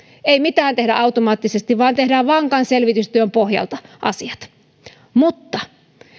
ei mitään tehdä automaattisesti vaan asiat tehdään vankan selvitystyön pohjalta mutta